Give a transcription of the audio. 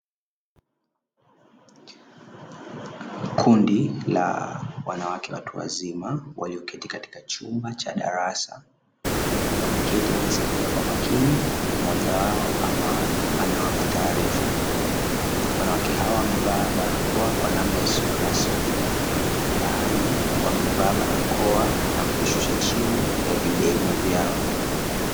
Kundi la wanawake watu wazima wakioketi katika chumba cha darasa, wameketi wakisikiliza kwa makini, mmoja wao ambaye anawapa taarifa, wanawake hawa wamevaa barakoa kwa namna isiyo rasmi yaani wamevaa barakoa na kushusha chini ya videvu vyao.